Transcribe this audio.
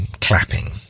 clapping